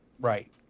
right